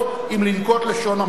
אם לנקוט לשון המעטה.